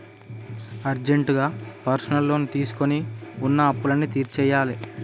అర్జెంటుగా personal loan తీసుకొని వున్న అప్పులన్నీ తీర్చేయ్యాలే